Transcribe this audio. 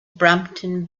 brampton